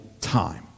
time